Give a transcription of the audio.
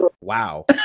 wow